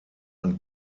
ein